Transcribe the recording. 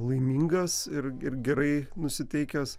laimingas ir ir gerai nusiteikęs